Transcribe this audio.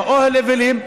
באוהל אבלים.